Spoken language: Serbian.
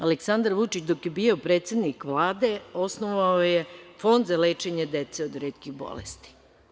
Aleksandar Vučić dok je bio predsednik Vlade osnovao je Fond za lečenje dece od retkih bolesti.